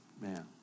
man